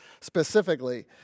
specifically